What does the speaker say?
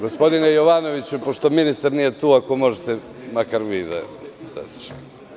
Gospodine Jovanoviću, pošto ministar nije tu, ako možete makar vi da saslušate.